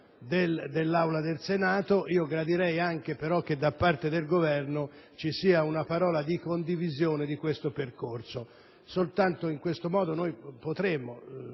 dell'Assemblea del Senato, gradirei anche, però, che da parte del Governo ci fosse una parola di condivisione di questo percorso. Soltanto in tal modo potremo